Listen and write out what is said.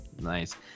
nice